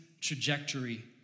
trajectory